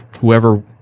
whoever